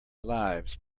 lives